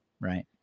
Right